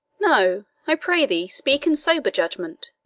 no i pray thee speak in sober judgment.